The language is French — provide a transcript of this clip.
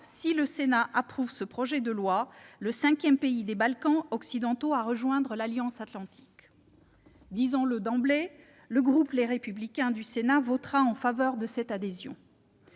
si le Sénat approuve ce projet de loi, le cinquième pays des Balkans occidentaux à rejoindre l'alliance atlantique. Disons-le d'emblée : le groupe Les Républicains du Sénat votera en faveur de cette adhésion.